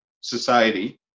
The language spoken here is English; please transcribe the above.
society